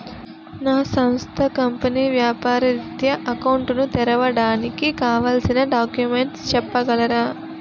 నా సంస్థ కంపెనీ వ్యాపార రిత్య అకౌంట్ ను తెరవడానికి కావాల్సిన డాక్యుమెంట్స్ చెప్పగలరా?